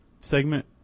Segment